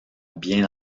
bien